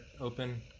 open